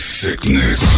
sickness